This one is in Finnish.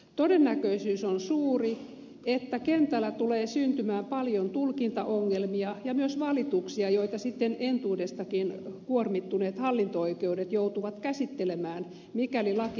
todennäköisyys on suuri että kentällä tulee syntymään paljon tulkintaongelmia ja tulee myös valituksia joita sitten entuudestaankin kuormittuneet hallinto oikeudet joutuvat käsittelemään mikäli laki hyväksytään